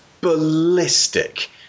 ballistic